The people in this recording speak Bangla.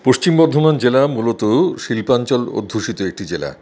পশ্চিম বর্ধমান জেলা মূলত শিল্পাঞ্চল অধ্যুষিত একটি জেলা